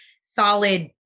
solid